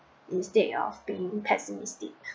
instead of being pessimistic